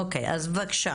אוקיי, אז בבקשה.